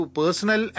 personal